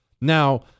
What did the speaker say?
Now